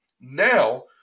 Now